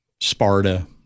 Sparta